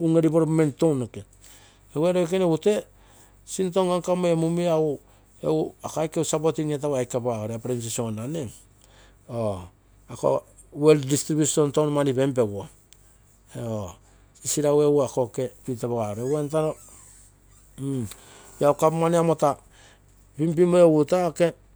unge development tounoke egu ee loikene egu tee sinto nka, nkagu ee mumia ako aike egu supporting etagu egu ako aike apagaro, la francis onna. Ako well distribution touno mani pen peguo, sisiraugu egu ako pitu apagaro lago government egu taa pinpimo egu taa oke